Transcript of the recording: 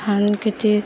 ধান খেতি